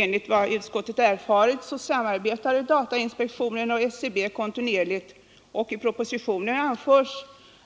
Enligt vad utskottet erfarit samarbetar datainspektionen och SCB kontinuerligt, och i propositionen anförs